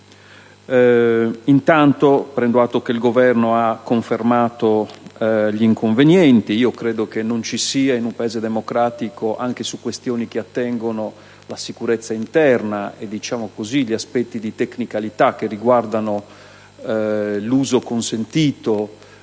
Intanto, prendo atto che il Governo ha confermato gli inconvenienti. Credo che in un Paese democratico non vi sia, anche su questioni che attengono la sicurezza interna e gli aspetti di tecnicalità che riguardano l'uso consentito